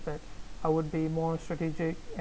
but I would be more strategic